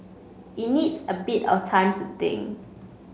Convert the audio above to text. it needs a bit of time to think